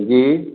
जी